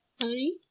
sorry